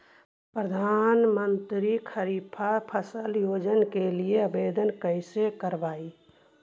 प्रधानमंत्री खारिफ फ़सल योजना के लिए आवेदन कैसे करबइ?